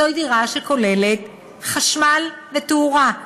זו דירה שכוללת חשמל ותאורה,